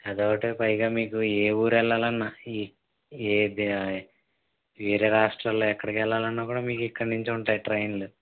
అదొకటి పైగా మీకు ఏ ఊరెళ్ళాలన్న ఈ ఏది వేరే రాష్ట్రాల్లో ఎక్కడికెళ్ళాలన్న కూడ మీకు ఇక్కడ్నుంచి ఉంటాయి ట్రైన్లు